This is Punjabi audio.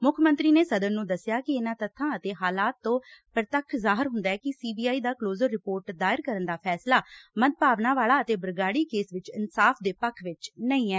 ਮੁੱਖ ਮੰਤਰੀ ਨੇ ਸਦਨ ਨੂੰ ਦਸਿਆ ਕਿ ਇਨਾਂ ਤੱਬਾਂ ਅਤੇ ਹਾਲਾਤ ਤੋਂ ਪੁਤੱਖ ਜਾਹਿਰ ਹੁੰਦੈ ਕਿ ਸੀ ਬੀ ਆਈ ਦਾ ਕਲੋਜ਼ਰ ਰਿਪੋਰਟ ਦਾਇਰ ਕਰਨ ਦਾ ਫੈਸੋਲਾ ਮੰਦਭਾਵਨਾ ਵਾਲਾ ਅਤੇ ਬਰਗਾਤੀ ਕੇਸ ਵਿਚ ਇਨਸਾਫ ਦੇ ਪੱਖ ਵਿਚ ਨਹੀਂ ਐ